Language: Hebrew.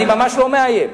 אני ממש לא מאיים.